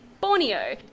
Borneo